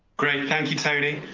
great thank you tony.